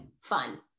fun